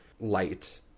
light